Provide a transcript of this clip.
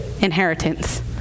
inheritance